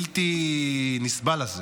הבלתי-נסבל הזה